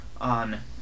on